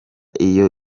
iyo